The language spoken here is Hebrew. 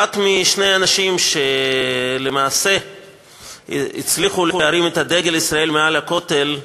אחד משני האנשים שלמעשה הצליחו להרים את דגל ישראל מעל הכותל,